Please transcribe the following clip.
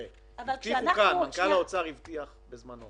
מנכ"ל האוצר הבטיח בזמנו